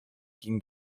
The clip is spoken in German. ging